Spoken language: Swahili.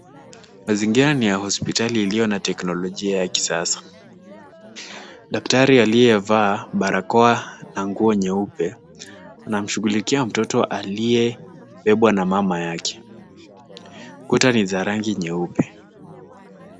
Mazingira ni ya hospitali iliyo na teknolojia ya kisasa. Daktari aliyevaa barakoa na nguo nyeupe anamshughulikia mtoto aliyebebwa na mama yake. Kuta ni za rangi nyeupe.